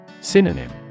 Synonym